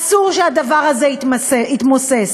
אסור שהדבר הזה יתמוסס.